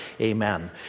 Amen